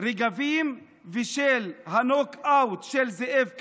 רגבים ושל הנוק אאוט של זאב קם,